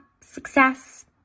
success